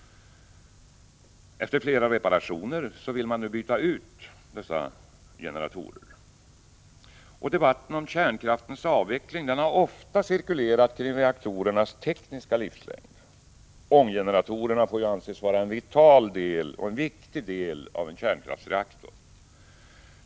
Efter flera reparationer vill man nu byta ut dessa generatorer. Debatten om kärnkraftens avveckling har ofta cirkulerat kring reaktorernas tekniska livslängd. Ånggeneratorerna får anses vara en vital och viktig del av en kärnkraftsreaktor.